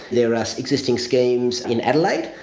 there are existing schemes in adelaide,